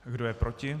Kdo je proti?